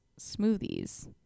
smoothies